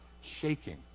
shaking